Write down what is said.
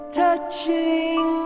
touching